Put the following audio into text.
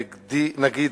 נגיד,